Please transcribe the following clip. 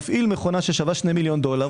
מפעיל מכונה ששווה 2 מיליון דולר.